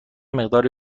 مقداری